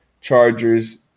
Chargers